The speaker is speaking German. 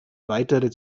weitere